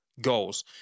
goals